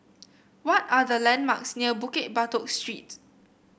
what are the landmarks near Bukit Batok Street